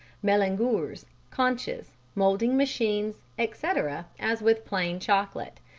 melangeurs, conches, moulding machines, etc, as with plain chocolate.